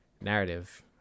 narrative